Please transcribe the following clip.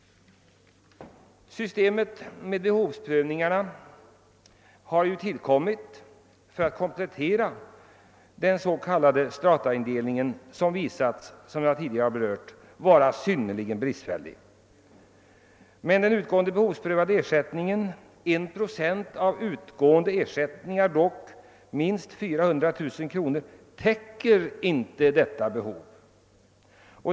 Systemet med behovsprövning har tillkommit för att komplettera den s.k. strataindelningen, som visat sig vara — som jag tidigare har anfört — synnerligen bristfällig. Den behovsprövade ersättningen — en procent av utgående ersättning, dock minst 400 000 kronor — täcker emellertid inte behovet.